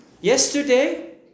Yesterday